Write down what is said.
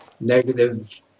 negative